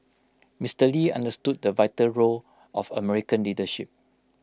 Mister lee understood the vital role of American leadership